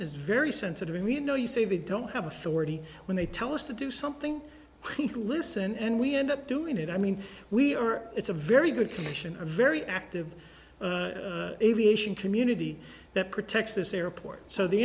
is very sensitive and we know you say they don't have a forty when they tell us to do something to listen and we end up doing it i mean we are it's a very good commission a very active aviation community that protects this airport so the